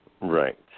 Right